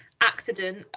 accident